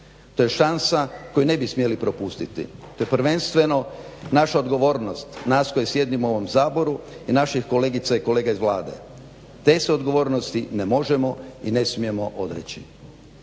To je šansa koju ne bi smjeli propustiti. To je prvenstveno naša odgovornost nas koji sjedimo u ovom Saboru i naših kolegica i kolega iz Vlade. Te se odgovornosti ne možemo i ne smijemo odreći.